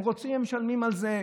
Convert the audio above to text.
הם רוצים, הם משלמים על זה.